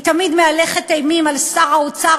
היא מהלכת אימים על שר האוצר,